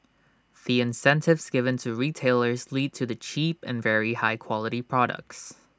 the incentives given to retailers lead to the cheap and very high quality products